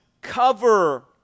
cover